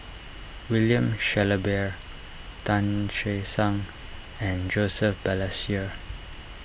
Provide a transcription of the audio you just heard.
William Shellabear Tan Che Sang and Joseph Balestier